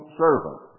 servant